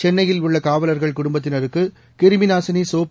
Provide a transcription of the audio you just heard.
சென்னையில் உள்ள காவலர்கள் குடும்பத்தினருக்கு கிருமிநாசினி சோப்பு